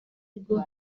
rwo